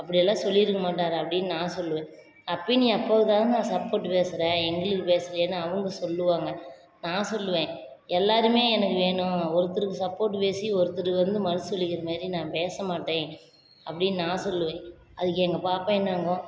அப்படி எல்லாம் சொல்லியிருக்க மாட்டார் அப்படின்னு நான் சொல்லுவேன் அப்பையும் நீ அப்பாவுக்கு தானேம்மா சப்போர்ட் பேசுற எங்களுக்கு பேசலையேன்னு அவங்க சொல்லுவாங்க நான் சொல்லுவேன் எல்லோருமே எனக்கு வேணும் ஒருத்தருக்கு சப்போர்ட் பேசி ஒருத்தர் வந்து மொகம் சுழிக்கிற மாரி நான் பேச மாட்டேன் அப்படின்னு நான் சொல்லுவேன் அதுக்கு எங்கள் பாப்பா என்னாங்கும்